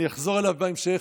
אני אחזור אליו בהמשך.